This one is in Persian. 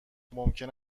ممکن